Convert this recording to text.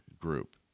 group